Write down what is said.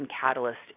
catalyst